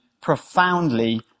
profoundly